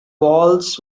walls